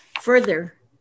Further